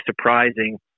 surprising